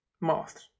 moths